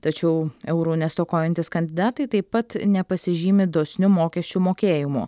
tačiau eurų nestokojantys kandidatai taip pat nepasižymi dosniu mokesčių mokėjimu